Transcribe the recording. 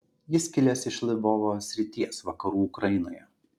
jis kilęs iš lvovo srities vakarų ukrainoje